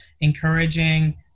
encouraging